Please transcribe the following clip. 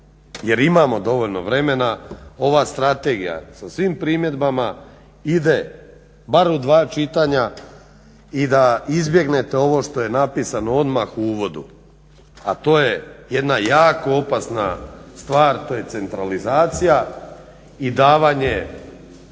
jer imamo dovoljno vremena, ova strategija sa svim primjedbama ide bar u dva čitanja i da izbjegnete ovo što je napisano odmah u uvodu, a to je jedna jako opasna stvar a to je centralizacija i davanje